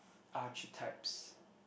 archetypes